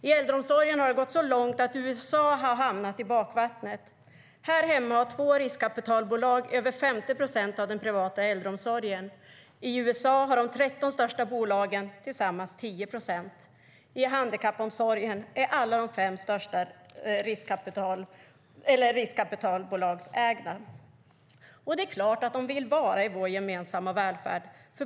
I äldreomsorgen har det gått så långt att USA hamnar i bakvattnet. Här hemma har två riskkapitalbolag över 50 procent av den privata äldreomsorgen. I USA har de 13 största bolagen tillsammans 10 procent. I handikappomsorgen är alla de fem största riskkapitalbolagsägda. Och det är klart att de vill vara i vår gemensamma välfärd.